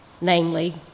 namely